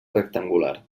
rectangular